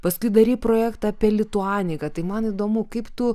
paskui darei projektą apie lituaniką tai man įdomu kaip tu